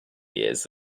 years